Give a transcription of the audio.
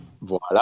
Voilà